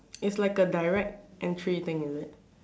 it's like a direct entry thing is it